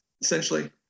essentially